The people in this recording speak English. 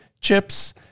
chips